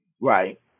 Right